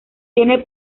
tiene